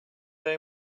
very